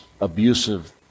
abusive